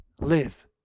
live